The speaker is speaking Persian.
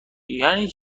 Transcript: یعنی